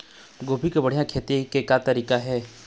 गोभी के बढ़िया खेती के तरीका का हे?